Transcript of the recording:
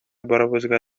барыбызга